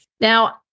Now